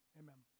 amen